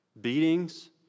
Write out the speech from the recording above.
Beatings